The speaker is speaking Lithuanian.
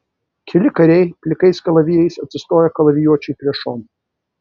keli kariai plikais kalavijais atsistojo kalavijuočiui prie šonų